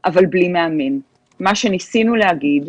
אבל אסור למורי הדרך לעבוד.